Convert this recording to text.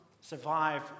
survive